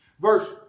Verse